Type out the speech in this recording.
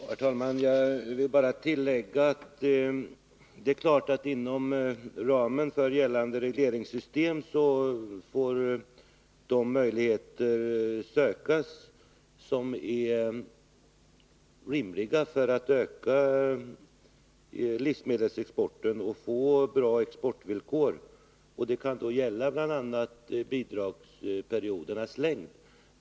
Herr talman! Jag vill bara tillägga att det är klart att man inom ramen för gällande regleringssystem får söka utvägar som är rimliga för att öka livsmedelsexporten och få till stånd bra exportvillkor. Man kan bl.a. förändra bidragsperiodernas längd.